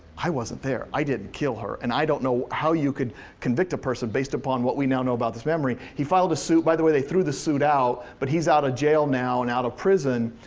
i wasn't there. i didn't kill her, and i don't know how you can convict a person based upon what we now know about this memory. he filed a suit. by the way, they threw the suit out but he's out of jail now and out of prison,